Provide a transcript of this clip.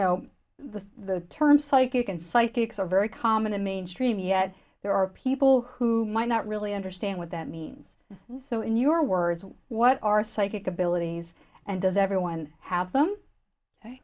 know the term psychic and psychics are very common in mainstream yet there are people who might not really understand what that means so in your words what are psychic abilities and does everyone have them